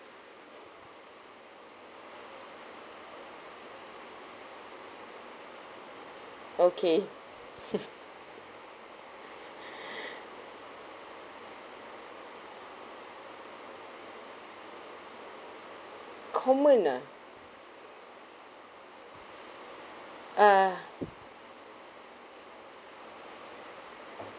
okay common ah uh